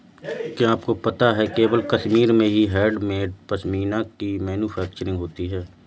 क्या आपको पता है केवल कश्मीर में ही हैंडमेड पश्मीना की मैन्युफैक्चरिंग होती है